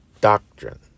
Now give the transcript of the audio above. doctrine